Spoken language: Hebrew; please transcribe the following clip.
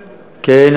כן,